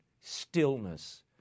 stillness